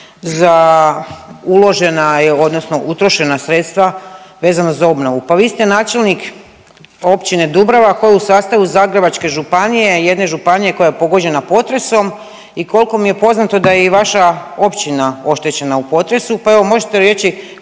za uložena odnosno utrošena sredstva vezano za obnovu, pa vi ste načelnik Općine Dubrava koja je u sastavu Zagrebačke županije, jedne županije koja je pogođena potresom i koliko mi je poznato da je i vaša općina oštećena u potresu. Pa evo možete li reći